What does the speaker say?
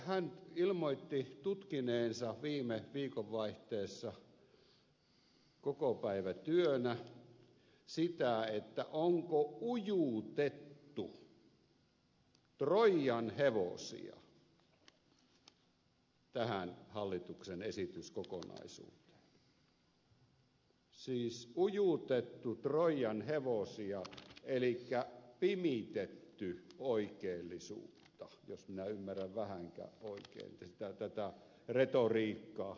hän ilmoitti tutkineensa viime viikonvaihteessa kokopäivätyönä sitä onko ujutettu troijan hevosia tähän hallituksen esityskokonaisuuteen siis ujutettu troijan hevosia elikkä pimitetty oikeellisuutta jos minä ymmärrän vähänkään oikein tätä retoriikkaa